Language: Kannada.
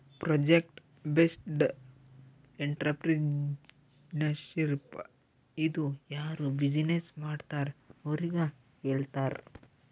ಪ್ರೊಜೆಕ್ಟ್ ಬೇಸ್ಡ್ ಎಂಟ್ರರ್ಪ್ರಿನರ್ಶಿಪ್ ಇದು ಯಾರು ಬಿಜಿನೆಸ್ ಮಾಡ್ತಾರ್ ಅವ್ರಿಗ ಹೇಳ್ತಾರ್